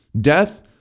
Death